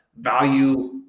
value